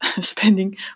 spending